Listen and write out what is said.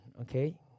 okay